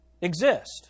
exist